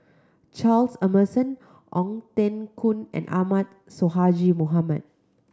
Charles Emmerson Ong Teng Koon and Ahmad Sonhadji Mohamad